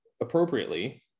appropriately